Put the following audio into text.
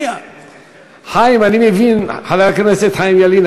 חבר הכנסת חיים ילין,